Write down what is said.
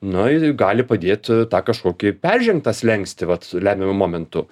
na i gali padėt tą kažkokį peržengt tą slenkstį vat lemiamu momentu